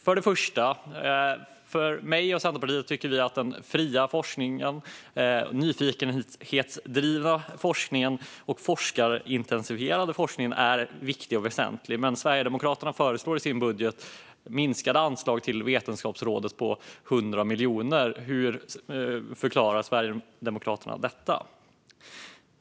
För det första tycker jag och Centerpartiet att den fria, nyfikenhetsdrivna forskningen och forskningsintensiteten är viktig. Men Sverigedemokraterna föreslår i sin budget minskade anslag till Vetenskapsrådet på 100 miljoner. Hur förklarar Sverigedemokraterna detta?